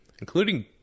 including